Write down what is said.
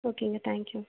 ஓகேங்க thank you